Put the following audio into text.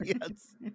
yes